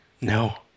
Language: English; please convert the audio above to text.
No